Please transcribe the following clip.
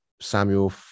Samuel